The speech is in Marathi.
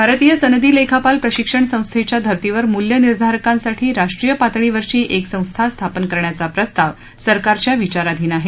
भारतीय सनदी लेखापाल प्रशिक्षण संस्थेच्या धर्तीवर मूल्यनिर्धारकांसाठी राष्ट्रीय पातळीवरची एक संस्था स्थापन करण्याचा प्रस्ताव सरकारच्या विचाराधीन आहे